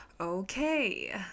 Okay